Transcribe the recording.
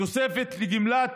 תוספת לגמלת